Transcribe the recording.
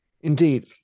indeed